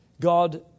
God